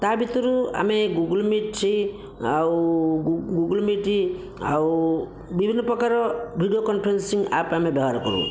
ତା ଭିତରୁ ଆମେ ଗୁଗୁଲ୍ ମିଠି ଆଉ ଗୁଗୁଲ୍ ମିଟ୍ ଆଉ ବିଭିନ୍ନ ପ୍ରକାର ଭିଡ଼ିଓ କନଫରେନ୍ସିଂ ଆପ୍ ଆମେ ବ୍ୟବହାର କରୁ